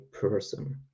person